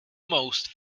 most